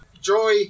joy